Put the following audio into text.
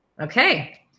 okay